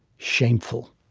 shameful.